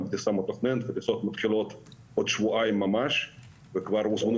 בטיסה מתוכננת והטיסות מתחילות עוד שבועיים וכבר הוזמנו